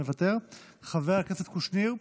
מוותר, חבר הכנסת אלכס קושניר,